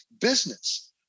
business